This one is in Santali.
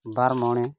ᱵᱟᱨ ᱢᱚᱬᱮ